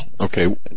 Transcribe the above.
Okay